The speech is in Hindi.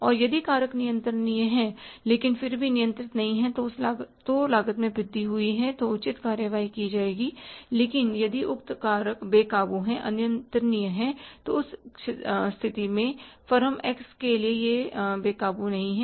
और यदि कारक नियंत्रणीय हैं लेकिन फिर भी नियंत्रित नहीं हैं और लागत में वृद्धि हुई है तो उचित कार्रवाई की जाएगी लेकिन यदि उक्त कारक बे काबू है तो उस स्थिति में जो कि फर्म एक्स के लिए बे काबू नहीं है